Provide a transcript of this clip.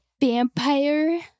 vampire